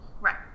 Right